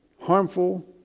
harmful